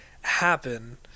happen